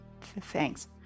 Thanks